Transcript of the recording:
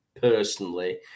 personally